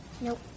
Nope